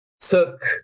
Took